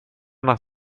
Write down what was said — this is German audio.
nach